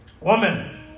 Woman